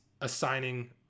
assigning